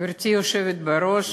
גברתי היושבת בראש,